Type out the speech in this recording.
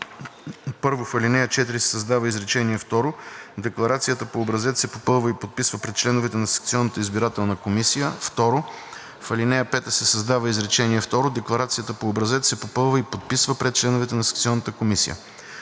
1. В ал. 4 се създава изречение второ: „Декларацията по образец се попълва и подписва пред членовете на секционната избирателна комисия.“. 2. В ал. 5 се създава изречение второ: „Декларацията по образец се попълва и подписва пред членовете на секционната